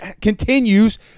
continues